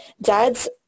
dad's